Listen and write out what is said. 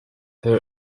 her